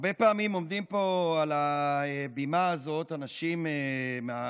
הרבה פעמים עומדים פה על הבימה הזאת אנשים מהקואליציה,